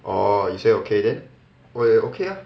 orh you say okay then 我也 okay ah